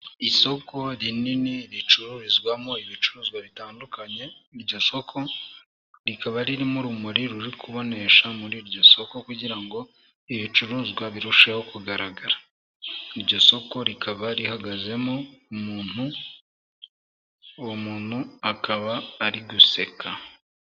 Isoko rinini ricururizwamo ibicuruzwa bitandukanye, iryo soko rikaba ririmo urumuri ruri kubonesha muri iryo soko, kugira ngo ibicuruzwa birusheho kugaragara iryo soko, rikaba rihagazemo umuntu, uwo muntu akaba ari guseka.